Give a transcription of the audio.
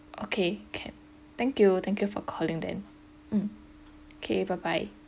okay can thank you thank you for calling then mm okay bye bye